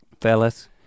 Fellas